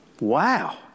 Wow